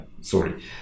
Sorry